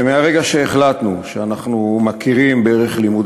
מרגע שהחלטנו שאנחנו מכירים בערך לימוד